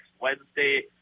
Wednesday